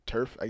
Turf